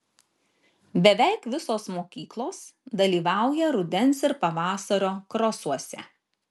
beveik visos mokyklos dalyvauja rudens ir pavasario krosuose